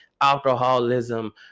alcoholism